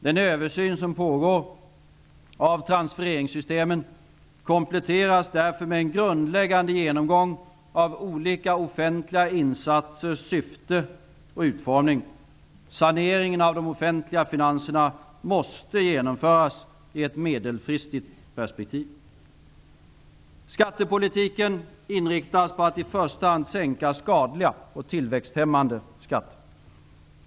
Den översyn som pågår av transfereringssystemen kompletteras därför med en grundläggande genomgång av olika offentliga insatsers syfte och utformning. Saneringen av de offentliga finanserna måste genomföras i ett medelfristigt perspektiv. Skattepolitiken inriktas på att i första hand sänka skadliga och tillväxthämmande skatter.